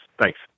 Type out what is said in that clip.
Thanks